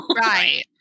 Right